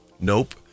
Nope